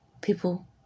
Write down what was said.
People